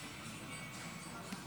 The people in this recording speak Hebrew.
אינו נוכח.